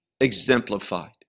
exemplified